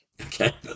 Okay